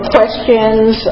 questions